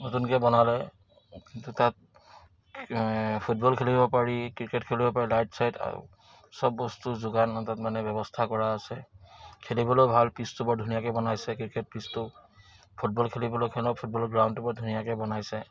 নতুনকে বনালে কিন্তু তাত ফুটবল খেলিব পাৰি ক্ৰিকেট খেলিব পাৰি লাইট ছাইট আৰু চব বস্তুৰ যোগান তাত মানে ব্যৱস্থা কৰা আছে খেলিবলৈ ভাল পিছটো বৰ ধুনীয়াকে বনাইছে ক্ৰিকেট পিছটো ফুটবল খেলিবলৈ খেলৰ ফুটবল গ্ৰাউণ্ডটো বৰ ধুনীয়াকে বনাইছে